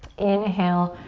inhale,